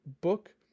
book